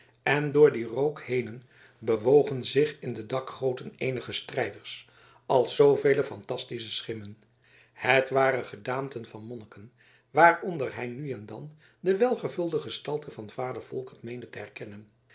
en door dien rook henen bewogen zich in de dakgoten eenige strijders als zoovele fantastische schimmen het waren gedaanten van monniken waaronder hij nu en dan de welgevulde gestalte van vader volkert meende te herkennen